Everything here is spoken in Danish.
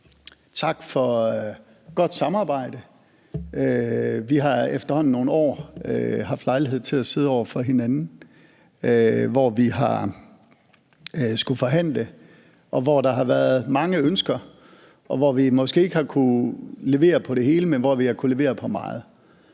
Tak for godt samarbejde. Vi har efterhånden i nogle år haft lejlighed til at sidde over for hinanden, hvor vi har skullet forhandle, og hvor der har været mange ønsker, og hvor vi måske ikke har kunnet levere på det hele, men hvor vi har kunnet levere på meget.